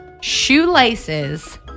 shoelaces